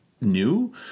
new